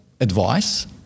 advice